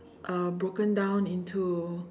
uh broken down into